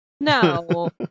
No